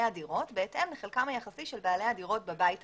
הדירות בהתאם לחלקם היחסי של בעלי הדירות בבית המשותף.